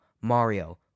Mario